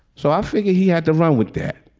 so i figured he had to run with that.